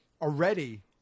already